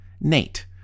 Nate